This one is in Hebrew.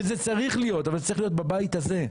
וזה צריך להיות אבל זה צריך להיות בבית הזה.